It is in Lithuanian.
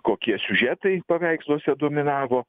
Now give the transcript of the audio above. kokie siužetai paveiksluose dominavo